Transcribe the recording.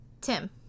Tim